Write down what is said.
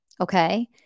Okay